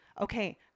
okay